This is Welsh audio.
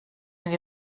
mynd